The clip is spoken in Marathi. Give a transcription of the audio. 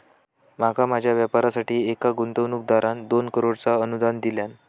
माका माझ्या व्यापारासाठी एका गुंतवणूकदारान दोन करोडचा अनुदान दिल्यान